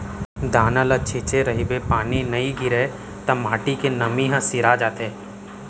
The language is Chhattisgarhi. दाना ल छिंचे रहिबे पानी नइ गिरय त माटी के नमी ह सिरा जाथे